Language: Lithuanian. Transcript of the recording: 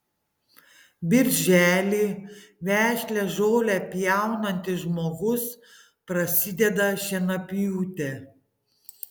birželį vešlią žolę pjaunantis žmogus prasideda šienapjūtė